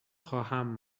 خواهم